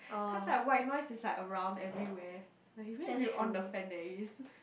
cause like white noise is like around everywhere like even if you on the fan there is